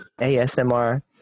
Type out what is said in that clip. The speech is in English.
ASMR